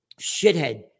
shithead